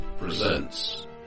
presents